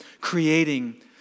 creating